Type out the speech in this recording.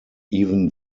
even